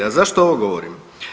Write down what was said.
A zašto ovo govorim?